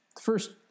first